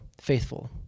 faithful